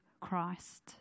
Christ